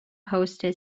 hosted